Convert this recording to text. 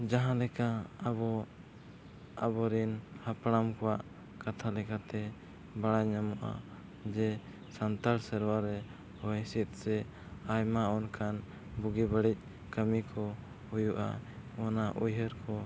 ᱡᱟᱦᱟᱸᱞᱮᱠᱟ ᱟᱵᱚ ᱟᱵᱚᱨᱤᱱ ᱦᱟᱯᱲᱟᱢ ᱠᱚᱣᱟᱜ ᱠᱟᱛᱷᱟ ᱞᱮᱠᱟᱛᱮ ᱵᱟᱲᱟᱭ ᱧᱟᱢᱚᱜᱼᱟ ᱡᱮ ᱥᱟᱱᱛᱟᱲ ᱥᱮᱨᱣᱟᱨᱮ ᱦᱚᱭᱦᱤᱸᱥᱤᱫᱽ ᱥᱮ ᱟᱭᱢᱟ ᱚᱱᱠᱟᱱ ᱵᱩᱜᱤᱼᱵᱟᱹᱲᱤᱡ ᱠᱟᱹᱢᱤᱠᱚ ᱦᱩᱭᱩᱜᱼᱟ ᱚᱱᱟ ᱩᱭᱦᱟᱹᱨ ᱠᱚ